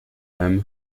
them